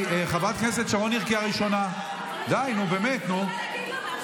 ברור ששופטים או יועצים משפטיים לא מבטלים החלטות של נבחרי ציבור בגלל